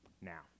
now